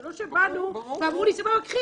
זה לא שבאנו ואמרו לי: קחי,